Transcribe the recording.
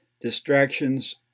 distractions